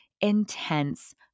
intense